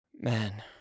Man